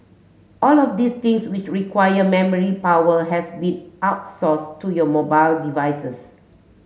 all of these things which require memory power has been outsource to your mobile devices